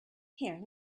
here